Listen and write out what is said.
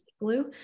blue